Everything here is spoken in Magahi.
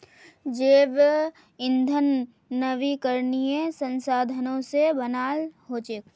जैव ईंधन नवीकरणीय संसाधनों से बनाल हचेक